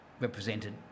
represented